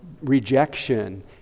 rejection